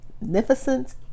magnificent